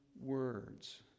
words